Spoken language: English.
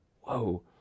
Whoa